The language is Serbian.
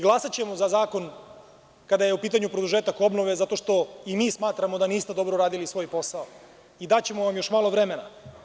Glasaćemo za zakon kada je u pitanju produžetak obnove, zato što i mi smatramo da niste dobro uradili svoj posao i daćemo vam još malo vremena.